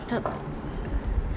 the short term